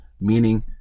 meaning